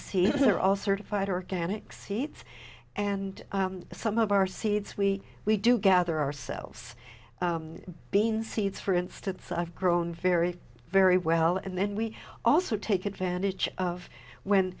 they're all certified organic seeds and some of our seeds we we do gather ourselves being seeds for instance i've grown very very well and then we also take advantage of when